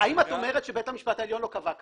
האם את אומרת שבית המשפט העליון לא קבע כך